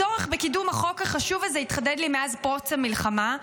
הצורך בקידום החוק החשוב הזה התחדד לי מאז פרוץ המלחמה.